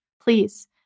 please